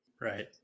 right